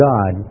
God